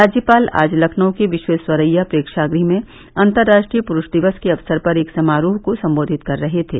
राज्यपाल आज लखनऊ के विश्वेस्वरैया प्रेक्षागृह में अन्तर्राष्ट्रीय पुरूष दिवस के अवसर पर एक समारोह को सम्बोधित कर रहे थे